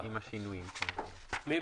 עם התיקונים שהוכנסו בו, אושר.